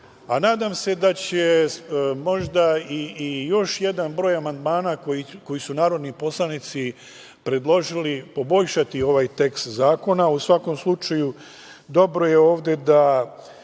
nadam se da će možda i još jedan broj amandmana koji su narodni poslanici predložili poboljšati ovaj tekst zakona.U svakom slučaju, dobro je da